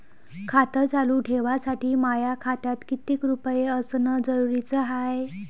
खातं चालू ठेवासाठी माया खात्यात कितीक रुपये असनं जरुरीच हाय?